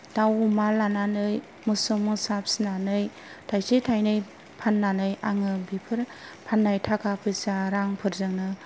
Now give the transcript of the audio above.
दाउ अमा लानानै मोसौ मोसा फिसिनानै थायसे थायनै फाननानै आङो बेफोर फाननाय थाखा फैसा रांफोरजोंनो